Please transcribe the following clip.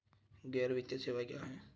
गैर वित्तीय सेवाएं क्या हैं?